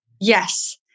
Yes